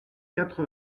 quatre